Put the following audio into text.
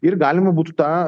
ir galima būtų tą